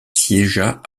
siégea